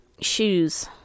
shoes